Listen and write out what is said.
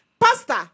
pastor